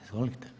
Izvolite.